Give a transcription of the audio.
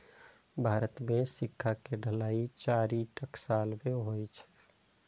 भारत मे सिक्का के ढलाइ चारि टकसाल मे होइ छै